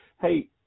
hey